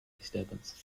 disturbance